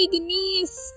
Denise